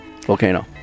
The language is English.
Volcano